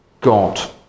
God